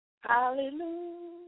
Hallelujah